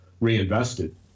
reinvested